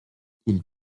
ils